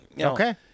Okay